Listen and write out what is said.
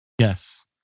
Yes